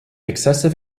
excessive